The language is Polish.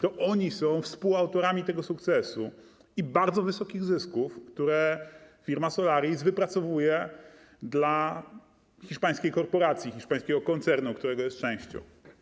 To oni są współautorami tego sukcesu i bardzo wysokich zysków, które firma Solaris wypracowuje dla hiszpańskiej korporacji, hiszpańskiego koncernu, którego jest częścią.